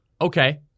Okay